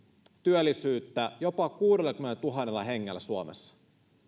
työllisyyttä jopa kuudellakymmenellätuhannella hengellä suomessa